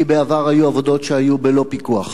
כי בעבר היו עבודות בלא פיקוח.